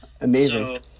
Amazing